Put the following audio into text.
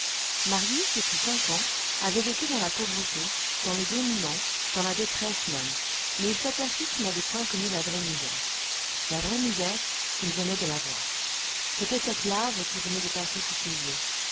marius depuis cinq ans avait vécu dans la pauvreté dans le dénûment dans la détresse même mais il s'aperçut qu'il n'avait point connu la vraie misère la vraie misère il venait de la voir c'était cette larve qui venait de passer sous ses yeux